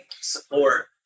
Support